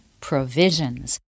provisions